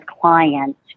clients